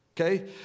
okay